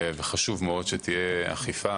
וחשוב מאוד שתהיה אכיפה,